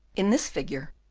in this figure,